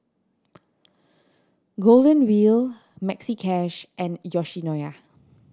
Golden Wheel Maxi Cash and Yoshinoya